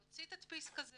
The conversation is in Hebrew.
להוציא תדפיס כזה